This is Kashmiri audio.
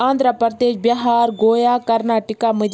آنٛدھرا پردیش بِہار گویا کرناٹِکا مٔدھ